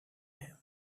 him